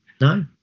No